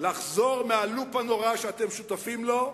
לחזור מהלופ הנורא שאתם שותפים לו,